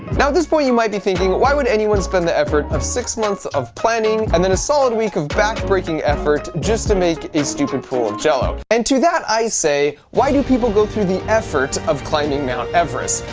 now at this point you might be thinking why would anyone spend their effort of six months of planning, and then a solid week of back-breaking effort just to make a stupid pool of jello? and to that i say, why do people go through the effort of climbing mount everest?